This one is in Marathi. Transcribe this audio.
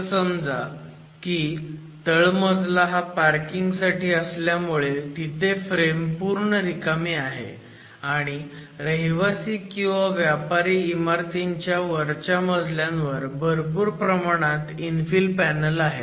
असं समजा की तळमजला हा पार्किंग साठी असल्यामुळे तिथे फ्रेम पूर्ण रिकामी आहे आणि रहिवासी किंवा व्यापारी इमारतींच्या वरच्या मजल्यांवर भरपूर प्रमाणात इन्फिल पॅनल आहेत